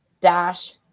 dash